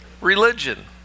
religion